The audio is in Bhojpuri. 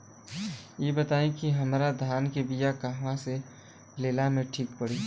इ बताईं की हमरा धान के बिया कहवा से लेला मे ठीक पड़ी?